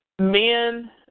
Men